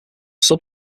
sub